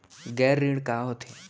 गैर ऋण का होथे?